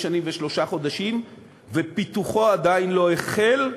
שנים ושלושה חודשים ופיתוחו עדיין לא החל,